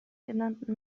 genannten